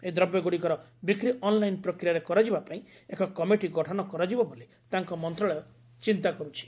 ଏହି ଦ୍ରବ୍ୟଗୁଡ଼ିକର ବିକ୍ରି ଅନ୍ଲାଇନ୍ ପ୍ରକ୍ରିୟାରେ କରାଯିବା ପାଇଁ ଏକ କମିଟି ଗଠନ କରାଯିବ ବୋଲି ତାଙ୍କ ମନ୍ତଶାଳୟ ଚିନ୍ତା କର୍ଛି